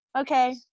Okay